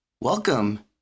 Welcome